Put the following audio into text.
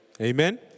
amen